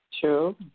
True